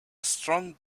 strong